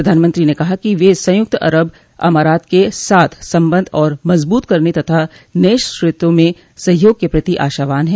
प्रधानमंत्री ने कहा कि वे संयुक्त अरब अमारात के साथ संबंध और मजबूत करने तथा नये क्षेत्रों में सहयोग के प्रति आशावान हैं